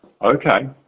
Okay